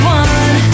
one